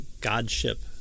godship